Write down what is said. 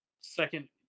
second